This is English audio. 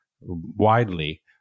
widely